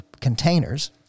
containers